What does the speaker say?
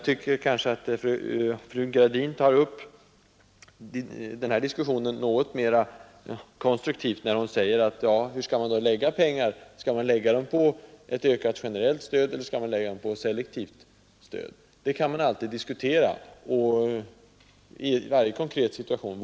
Fru Gradin lägger upp diskussionen mera konstruktivt när hon säger: Hur skall man då använda pengarna? Skall man lägga dem på ett ökat generellt stöd eller på ett selektivt stöd? Det kan man alltid diskutera i varje konkret situation.